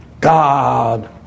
God